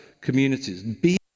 communities